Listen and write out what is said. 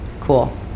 cool